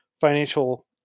financial